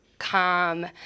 calm